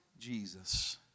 Jesus